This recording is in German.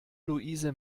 luise